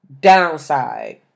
downside